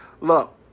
Look